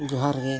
ᱡᱚᱦᱟᱨ ᱜᱮ